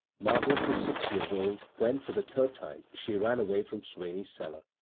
margaret was six years old when for the third time she ran away from swane s cellar.